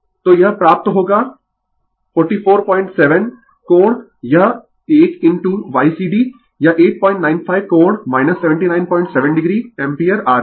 तो यह प्राप्त होगा 447 कोण यह एक इनटू Ycd यह 895 कोण 797 o एम्पीयर आ रही है